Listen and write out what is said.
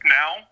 now